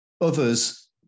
Others